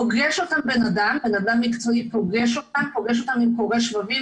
פוגש אותם אדם מקצועי עם קורא שבבים,